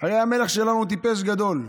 הרי המלך שלנו טיפש גדול.